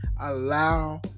Allow